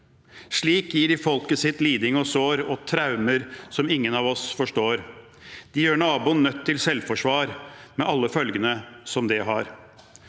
Slik gir de sitt folk lidelse og sår og traumer som ingen av oss forstår. De gjør naboen nødt til selvforsvar, med alle følgene som det har.